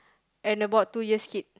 and about two years kid